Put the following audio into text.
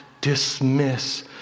dismiss